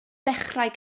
ddechrau